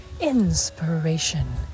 inspiration